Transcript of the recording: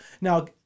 Now